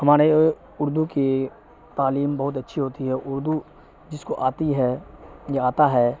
ہمارے اردو کی تعلیم بہت اچھی ہوتی ہے اردو جس کو آتی ہے یا آتا ہے